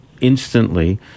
instantly